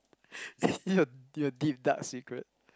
your~ your deep dark secret